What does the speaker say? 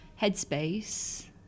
headspace